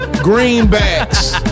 Greenbacks